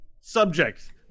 Subject